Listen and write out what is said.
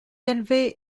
élevé